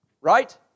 right